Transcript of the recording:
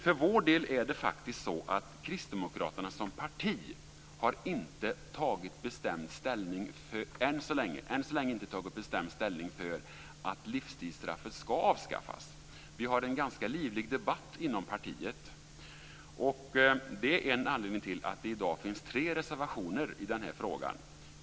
För vår del är det faktiskt så att Kristdemokraterna som parti än så länge inte har tagit bestämd ställning för att livstidsstraffet ska avskaffas. Vi har en ganska livlig debatt inom partiet. Det är en anledning till att det i dag finns tre reservationer i denna fråga.